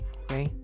okay